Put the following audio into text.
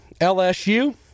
LSU